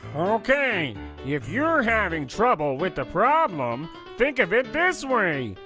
okay, if you're having trouble with the problem, think of it this way.